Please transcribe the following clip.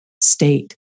state